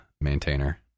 maintainer